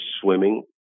swimming